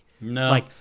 No